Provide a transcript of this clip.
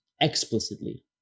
explicitly